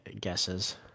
guesses